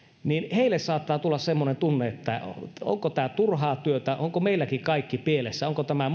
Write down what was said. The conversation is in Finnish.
heille saattaa tulla semmoinen tunne että onko tämä turhaa työtä onko meilläkin kaikki pielessä onko tämä